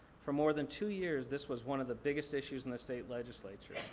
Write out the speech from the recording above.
for more than two years, this was one of the biggest issues in the state legislature.